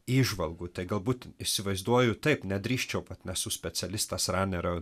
įžvalgų tai galbūt įsivaizduoju taip nedrįsčiau vat nesu specialistas ranerio